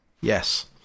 Yes